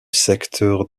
secteur